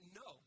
no